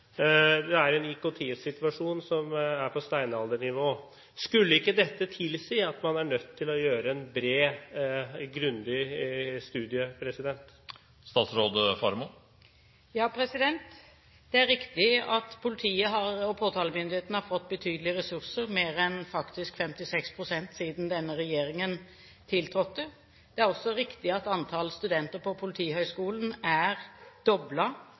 Det er en IKT-situasjon som er på steinaldernivå. Skulle ikke dette tilsi at man er nødt til å gjøre en bred og grundig studie? Det er riktig at politiet og påtalemyndighetene har fått betydelige ressurser, mer enn faktisk 56 pst. siden denne regjeringen tiltrådte. Det er også riktig at antall studenter på Politihøgskolen er